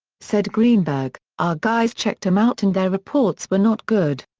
said greenberg, our guys checked em out and their reports were not good.